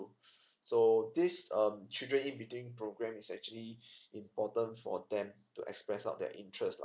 so this um children in between program is actually important for them to express up their interest lah